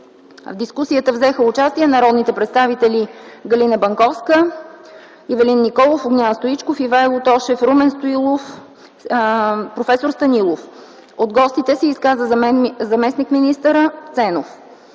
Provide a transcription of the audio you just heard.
В дискусията взеха участие народните представители Галина Банковска, Ивелин Николов, Огнян Стоичков, Ивайло Тошев, Румен Стоилов, проф. Станилов. От гостите се изказа заместник-министър Ценов.